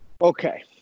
Okay